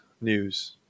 news